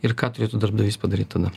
ir ką turėtų darbdavys padaryt tada